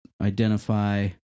identify